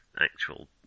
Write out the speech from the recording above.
actual